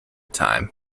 time